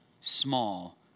small